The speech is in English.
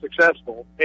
successful